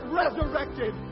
resurrected